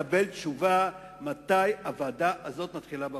תשובה מתי הוועדה הזאת מתחילה בעבודתה.